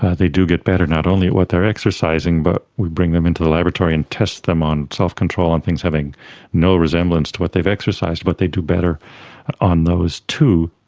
ah they do get better, not only at what they are exercising but we bring them into the laboratory and test them on self-control on things having no resemblance to what they've exercised, but they do better on those too.